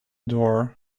door